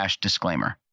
disclaimer